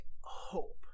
hope